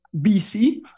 BC